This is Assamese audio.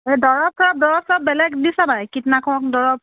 এই দৰৱ চৰব দৰৱ চৰব বেলেগ দিছা নাই কীটনাশক দৰৱ